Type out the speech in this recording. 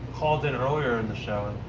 called in earlier in the show